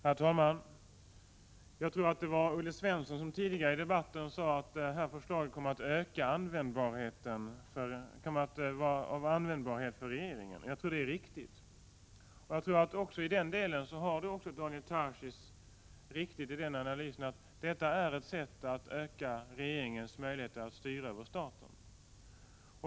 Herr talman! Jag tror att det var Olle Svensson som tidigare i debatten sade att det som här föreslås kommer att vara användbart för regeringen. Jag tror att det är riktigt. Jag tror också att i den delen har Daniel Tarschys rätt i analysen att detta är ett sätt att öka regeringens möjligheter att styra över staten.